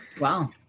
Wow